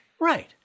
Right